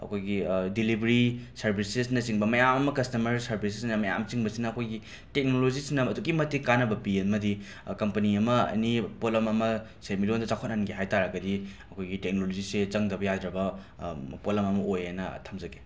ꯑꯩꯈꯣꯏꯒꯤ ꯗꯤꯂꯤꯕ꯭ꯔꯤ ꯁꯔꯕꯤꯁꯦꯁꯅꯆꯤꯡꯕ ꯃꯌꯥꯝ ꯑꯃ ꯀꯁꯇꯃꯔ ꯁꯔꯕꯤꯁꯁꯤꯅ ꯃꯌꯥꯝ ꯆꯤꯡꯕꯁꯤꯅ ꯑꯩꯈꯣꯏꯒꯤ ꯇꯦꯛꯅꯣꯂꯣꯖꯤꯁꯤꯅ ꯑꯗꯨꯛꯀꯤ ꯃꯇꯤꯛ ꯀꯥꯟꯅꯕ ꯄꯤꯌꯦ ꯑꯃꯗꯤ ꯀꯝꯄꯅꯤ ꯑꯃ ꯑꯅꯤ ꯄꯣꯠꯂꯝ ꯑꯃ ꯁꯦꯃꯤꯠꯂꯣꯟꯗ ꯆꯥꯎꯈꯠꯍꯟꯒꯦ ꯍꯥꯏ ꯇꯥꯔꯒꯗꯤ ꯑꯩꯈꯣꯏꯒꯤ ꯇꯦꯛꯅꯣꯂꯣꯖꯤꯁꯦ ꯆꯪꯗꯕ ꯌꯥꯗ꯭ꯔꯕ ꯄꯣꯠꯂꯝ ꯑꯃ ꯑꯣꯏꯌꯦꯅ ꯊꯝꯖꯒꯦ